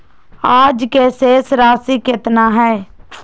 आज के शेष राशि केतना हइ?